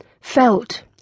felt